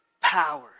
power